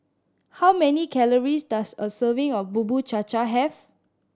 how many calories does a serving of Bubur Cha Cha have